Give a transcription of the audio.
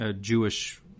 Jewish